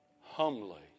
humbly